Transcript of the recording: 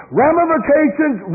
ramifications